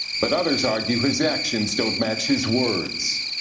but others argue his actions don't match his words.